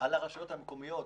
על הרשויות המקומיות